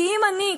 כי אם אני,